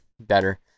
better